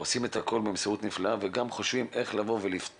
עושים את הכול במסירות נפלאה וגם חושבים איך לפתור